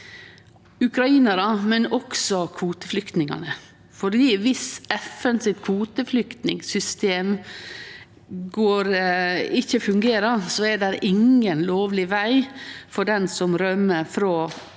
ukrainarar, men også kvoteflyktningane, for dersom FNs kvoteflyktningssystem ikkje fungerer, er det ingen lovleg veg for den som rømmer frå